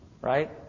Right